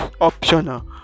optional